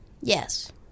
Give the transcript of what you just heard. Yes